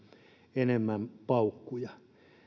enemmän paukkuja